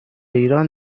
ایران